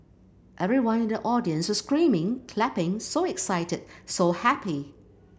everyone in the audience was screaming clapping so excited so happy